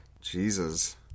Jesus